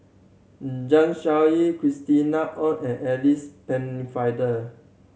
Zeng Shouyin Christina Ong and Alice Pennefather